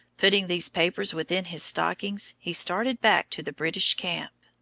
putting these papers within his stockings, he started back to the british camp.